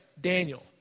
Daniel